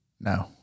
No